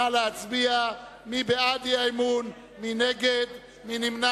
נא להצביע, מי בעד האי-אמון, מי נגד, מי נמנע?